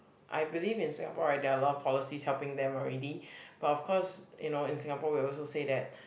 I believe in Singapore right there are a lot of policy helping them already but of course you know in Singapore we also said that